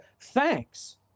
Thanks